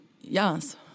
Yes